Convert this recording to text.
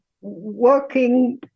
working